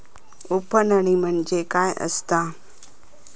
उफणणी म्हणजे काय असतां?